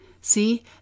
See